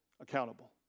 accountable